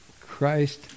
Christ